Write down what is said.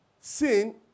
sin